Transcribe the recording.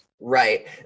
Right